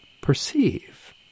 perceive